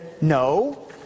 no